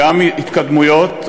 גם התקדמויות,